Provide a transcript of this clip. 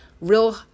real